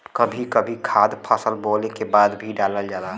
कभी कभी खाद फसल बोवले के बाद भी डालल जाला